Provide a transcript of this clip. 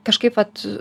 kažkaip vat